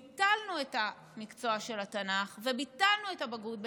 שביטלנו את המקצוע של התנ"ך וביטלנו את הבגרות בתנ"ך?